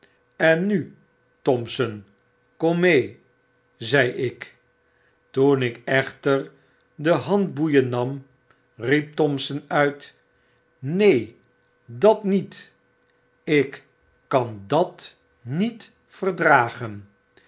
en nu thompson kom mee zei ik toen ik echter de handboeien nam riep thompson uit neen dat nietl ik kan dat niet verdragen